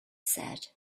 said